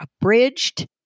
abridged